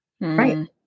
Right